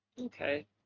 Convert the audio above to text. Okay